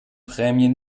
prämie